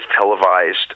televised